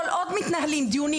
כל עוד מתנהלים דיונים,